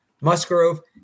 Musgrove